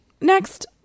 Next